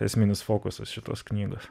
esminis fokusas šitos knygos